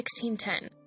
1610